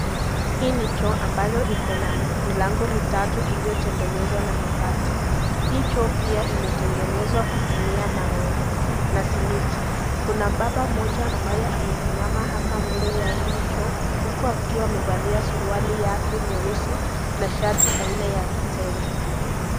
Hii ni choo ambalo iko na milango mitatu iliyotengenezwa na mabati. Hii choo pia imetengenezwa kutumia mawe na simiti. Kuna mbaba mmoja ambaye amesimama hapa mbele ya hili choo huku akiwa amevalia suruali yake nyeusi na shati aina ya kitenge.